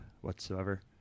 whatsoever